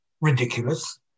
ridiculous